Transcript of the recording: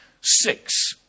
six